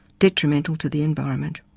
detrimental to the environment.